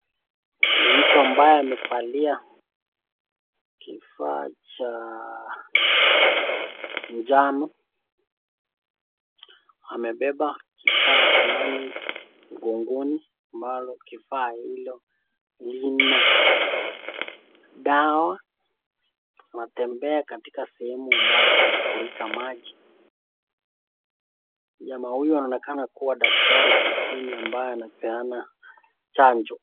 Kuna mtu ambaye amevalia kifaa cha njano amebeba kifaa fulani mgongoni ambalo kifaa hilo lina dawa anatembea katika sehemu ambayo imefurika maji. Jamaa huyu anaonekana kuwa daktari kijijini ambaye anapeana chanjo.